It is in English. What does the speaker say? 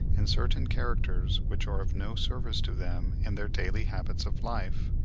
in certain characters which are of no service to them in their daily habits of life,